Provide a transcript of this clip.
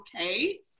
okay